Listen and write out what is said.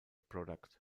product